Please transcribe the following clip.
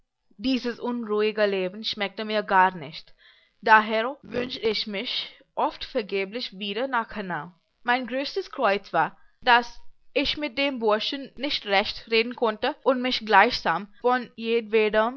dieses unruhige leben schmeckte mir ganz nicht dahero wünschte ich mich oft vergeblich wieder nach hanau mein größtes kreuz war daß ich mit den burschen nicht recht reden konnte und mich gleichsam von jedwederm